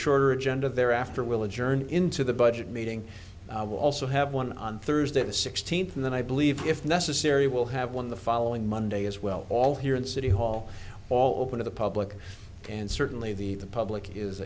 shorter agenda there after will adjourn into the budget meeting will also have one on thursday the sixteenth and then i believe if necessary will have one the following monday as well all here at city hall all open to the public and certainly the public is